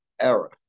error